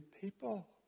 people